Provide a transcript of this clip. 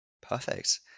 perfect